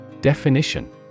Definition